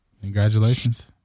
Congratulations